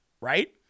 Right